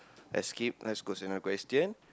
let's skip let's goes another question